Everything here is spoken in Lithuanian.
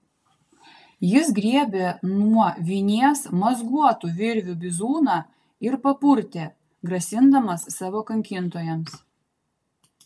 jis griebė nuo vinies mazguotų virvių bizūną ir papurtė grasindamas savo kankintojams